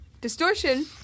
Distortion